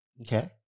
Okay